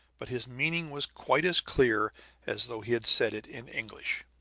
but his meaning was quite as clear as though he had said it in english.